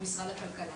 סיימת?